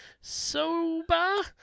Soba